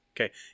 Okay